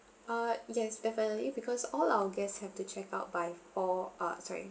ah yes definitely because all our guests have to check out by four uh sorry